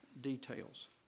details